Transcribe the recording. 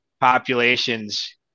populations